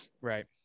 Right